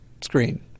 screen